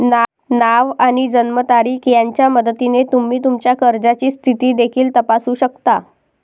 नाव आणि जन्मतारीख यांच्या मदतीने तुम्ही तुमच्या कर्जाची स्थिती देखील तपासू शकता